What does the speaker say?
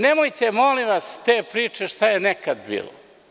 Nemojte molim vas te priče šta je i kako je nekada bilo.